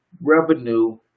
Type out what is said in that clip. revenue